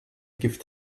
give